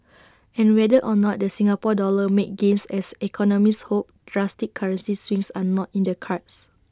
and whether or not the Singapore dollar makes gains as economists hope drastic currency swings are not in the cards